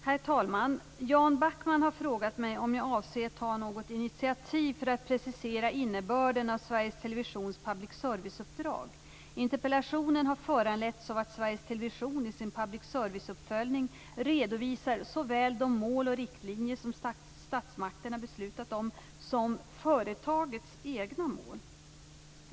Herr talman! Jan Backman har frågat mig om jag avser ta något initiativ för att precisera innebörden av Sveriges Televisions public service-uppdrag. Interpellationen har föranletts av att Sveriges Television i sin public service-uppföljning redovisar såväl de mål och riktlinjer som statsmakterna beslutat om som företagets egna mål.